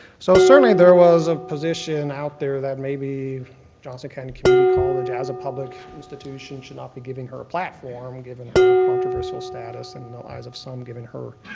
so certainly there was a position out there that maybe johnson county community college, as a public institution, should not be giving her a platform given her her controversial status and in the eyes of some given her